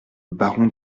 baron